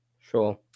Sure